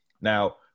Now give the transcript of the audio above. Now